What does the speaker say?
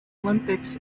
olympics